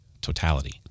Totality